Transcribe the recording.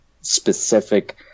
specific